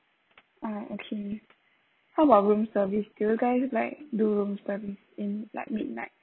ah okay how about room service do you guys like do room service in like midnight